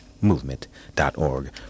movement.org